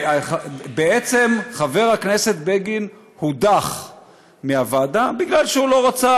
בעצם חבר הכנסת בגין הודח מהוועדה כי הוא לא רצה